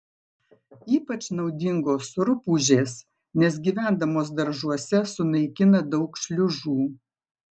ypač naudingos rupūžės nes gyvendamos daržuose sunaikina daug šliužų